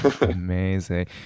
amazing